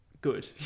good